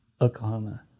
Oklahoma